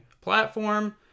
platform